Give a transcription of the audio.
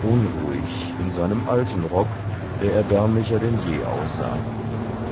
unruhig in seinem alten rock der erbärmlicher denn je aussah